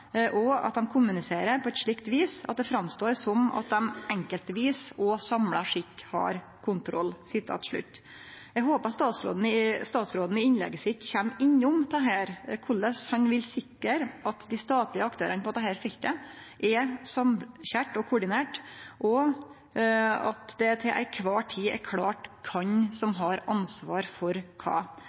og at dei kommuniserer på eit slikt vis at det står fram som at dei enkeltvis og samla sett har kontroll.» Eg håpar at statsråden i innlegget sitt kjem innom dette, korleis han vil sikre at dei statlege aktørane på dette feltet er samkøyrde og koordinerte, og at det til kvar tid er klårt kven som har ansvaret for kva,